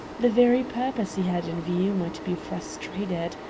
the very purpose he had in view might be frustrated.